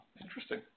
interesting